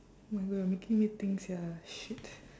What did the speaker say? oh my god you're making me think sia shit